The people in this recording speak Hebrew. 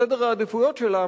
בסדר העדיפויות שלה,